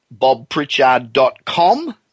bobpritchard.com